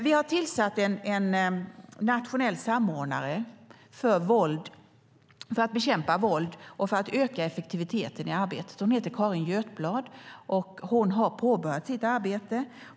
Vi har tillsatt en nationell samordnare för att bekämpa våld och öka effektiviteten i arbetet. Hon heter Carin Götblad, och hon har påbörjat sitt arbete.